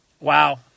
Wow